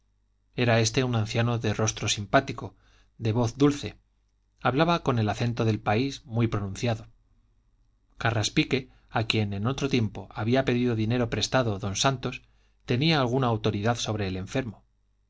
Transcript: era este un anciano de rostro simpático de voz dulce hablaba con el acento del país muy pronunciado carraspique a quien en otro tiempo había pedido dinero prestado don santos tenía alguna autoridad sobre el enfermo